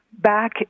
back